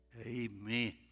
Amen